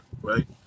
Right